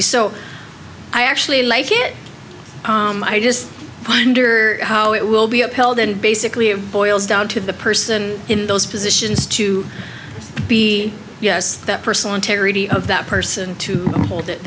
you so i actually like it i just wonder how it will be upheld and basically it boils down to the person in those positions to be yes that personal integrity of that person to